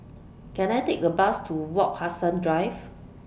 Can I Take A Bus to Wak Hassan Drive